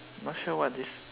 not sure what this